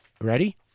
Ready